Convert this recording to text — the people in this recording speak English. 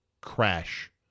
crash